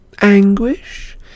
Anguish